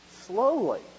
slowly